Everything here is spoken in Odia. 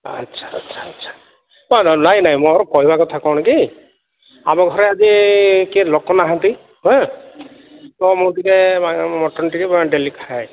ଆଚ୍ଛା ଆଚ୍ଛା ଆଚ୍ଛା ତ ନାଇଁ ନାଇଁ ମୋର କହିବା କଥା କ'ଣ କି ଆମ ଘରେ ଆଜି କିଏ ଲୋକ ନାହାନ୍ତି ହଁ ତ ମୁଁ ଟିକିଏ ମଟନ୍ ଟିକିଏ ଡେଲି ଖାଏ